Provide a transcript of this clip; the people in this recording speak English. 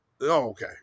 okay